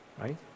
right